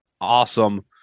awesome